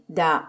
da